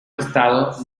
estado